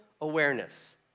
awareness